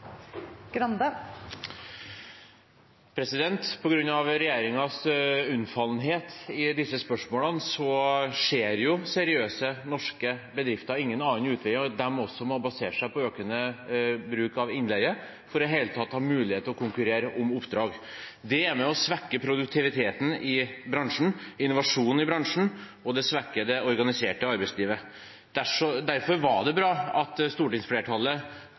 unnfallenhet i disse spørsmålene ser seriøse norske bedrifter ingen annen utvei enn at de også må basere seg på økende bruk av innleie for i det hele tatt å ha mulighet til å konkurrere om oppdrag. Det er med på å svekke produktiviteten og innovasjonen i bransjen, og det svekker det organiserte arbeidslivet. Derfor var det bra at stortingsflertallet